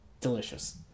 delicious